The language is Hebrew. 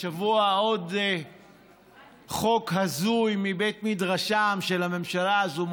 השבוע מוגש עוד חוק הזוי מבית מדרשה של הממשלה הזאת.